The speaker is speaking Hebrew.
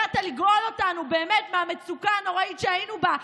הגעת לגאול אותנו באמת מהמצוקה הנוראית שהיינו בה,